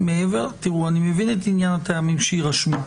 אני מבין את עניין הטעמים שיירשמו,